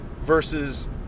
versus